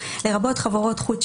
לרבות חברות חוץ,